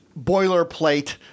boilerplate